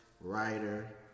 writer